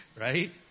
right